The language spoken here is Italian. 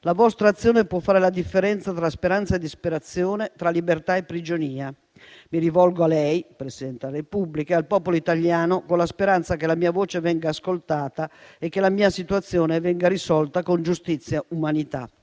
la nostra azione può fare la differenza tra speranza e disperazione, tra libertà e prigionia. E si rivolge al Presidente della Repubblica e al popolo italiano con la speranza che la sua voce venga ascoltata e che la sua situazione venga risolta con giustizia e umanità.